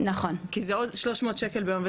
כי זה עוד 300 ₪ ביום,